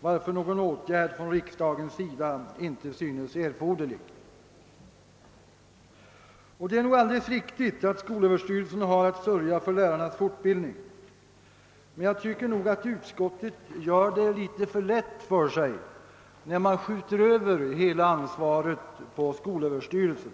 varför någon åtgärd från riksdagens sida inte synes erforderlig. Det är nog alldeles riktigt att skolöverstyrelsen har att sörja för lärarnas fortbildning, men jag anser att utskottet gör det litet för lätt för sig när det skjuter över hela ansvaret på skolöverstyrelsen.